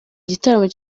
igitaramo